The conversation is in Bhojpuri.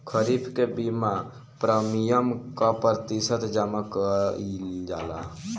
खरीफ के बीमा प्रमिएम क प्रतिशत जमा कयील जाला?